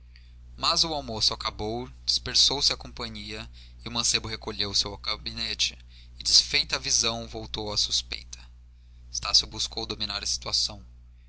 mas o almoço acabou dispersou-se a companhia o mancebo recolheu-se ao gabinete e desfeita a visão voltou a suspeita estácio buscou dominar a situação